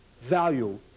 value